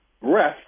rest